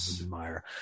admire